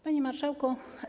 Panie Marszałku!